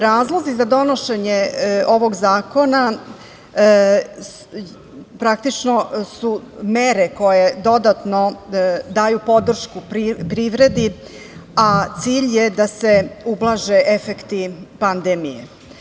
Razlozi za donošenje ovog zakona praktično su mere koje dodatno daju podršku privredi, a cilj je da se ublaže efekti pandemije.